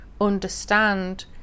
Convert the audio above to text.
understand